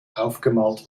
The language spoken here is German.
aufgemalt